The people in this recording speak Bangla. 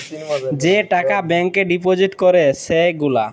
যে টাকা ব্যাংকে ডিপজিট ক্যরে সে গুলা